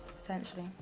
potentially